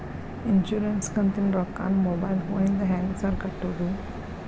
Insurance ಕಂತಿನ ರೊಕ್ಕನಾ mobile ಫೋನಿಂದ ಹೆಂಗ್ ಸಾರ್ ಕಟ್ಟದು?